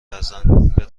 فرزند